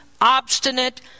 obstinate